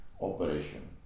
operation